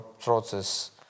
process